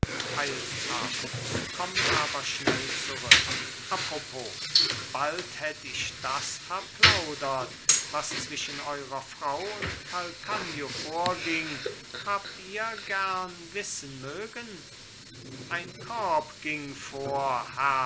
eilt ab kommt aber schnell zurück a propos bald hätt ich das verplaudert was zwischen eurer frau und calcagno vorging habt ihr gern wissen mögen ein korb ging vor